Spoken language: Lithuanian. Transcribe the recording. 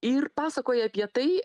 ir pasakoja apie tai